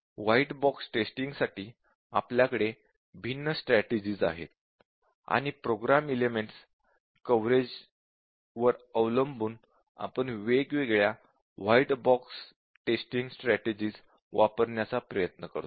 white box testing साठी आपल्याकडे भिन्न स्ट्रॅटेजिज आहेत आणि प्रोग्राम एलिमेंटस कव्हरेजवर अवलंबून आपण वेगवेगळ्या व्हाईट बॉक्स टेस्टिंग स्ट्रॅटेजिज वापरण्याचा प्रयत्न करतो